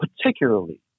particularly